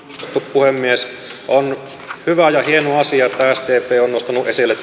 puhemies on hyvä ja hieno asia että sdp on nostanut esille